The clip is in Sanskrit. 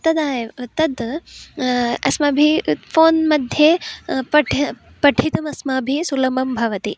तदाएव तद् अस्माभिः फोन् मध्ये पठ्यं पठितुं अस्माभिः सुलभं भवति